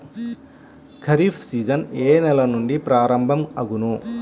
Kharif season ఏ నెల నుండి ప్రారంభం అగును?